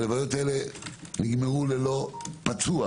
הלוויות האלה נגמרו ללא אף פצוע,